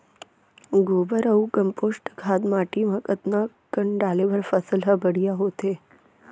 गोबर अऊ कम्पोस्ट खाद माटी म कतका कन डाले बर फसल ह बढ़िया होथे?